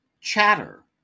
Chatter